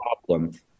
problem